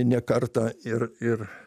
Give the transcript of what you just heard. ne kartą ir ir